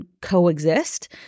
coexist